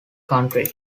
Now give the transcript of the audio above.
county